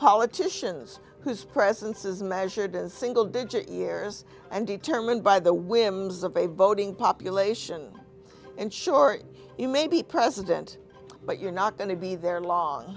politicians whose presence is measured as single digit years and determined by the whims of a voting population and sure you may be president but you're not going to be there long